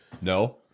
No